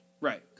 Right